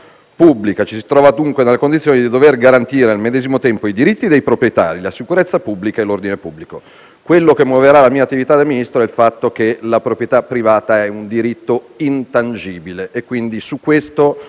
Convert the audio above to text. pubblica. Ci si trova dunque nella condizione di dover garantire nel medesimo tempo i diritti dei proprietari, la sicurezza pubblica e l'ordine pubblico. Quello che muoverà la mia attività di Ministro è il fatto che la proprietà privata è un diritto intangibile e su questo